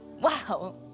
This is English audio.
Wow